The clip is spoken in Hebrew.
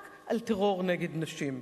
רק על טרור נגד נשים,